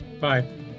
Bye